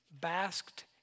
basked